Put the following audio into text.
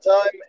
time